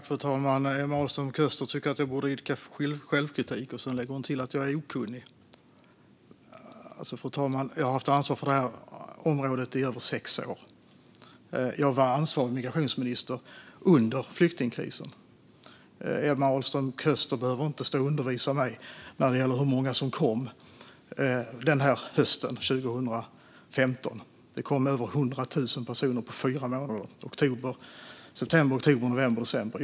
Fru talman! Emma Ahlström Köster tycker att jag borde idka självkritik. Sedan lägger hon till att jag är okunnig. Alltså, fru talman, jag har haft ansvar för det här området i över sex år. Jag var ansvarig migrationsminister under flyktingkrisen. Emma Ahlström Köster behöver inte stå och undervisa mig när det gäller hur många som kom hösten 2015. Det kom över 100 000 personer på fyra månader - september, oktober, november och december.